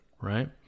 right